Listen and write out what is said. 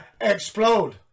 explode